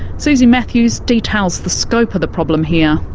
suzie matthews details the scope of the problem here.